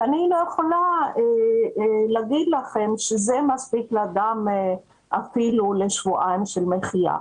שזה סכום שלא מספיק אפילו לשבועיים של מחיה.